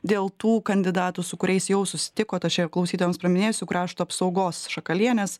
dėl tų kandidatų su kuriais jau susitikot aš čia klausytojams paminėsiu krašto apsaugos šakalienės